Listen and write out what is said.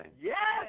Yes